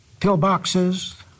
pillboxes